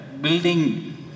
building